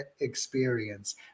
experience